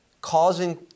causing